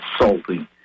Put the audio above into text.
insulting